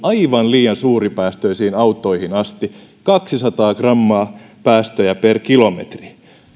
aivan liian suuripäästöisiin autoihin asti kaksisataa grammaa päästöjä per kilometri